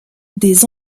des